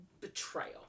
betrayal